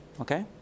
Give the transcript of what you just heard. Okay